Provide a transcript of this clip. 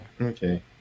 okay